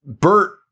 Bert